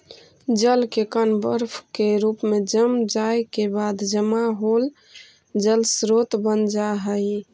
जल के कण बर्फ के रूप में जम जाए के बाद जमा होल जल स्रोत बन जा हई